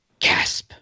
Casp